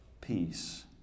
peace